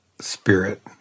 spirit